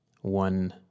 one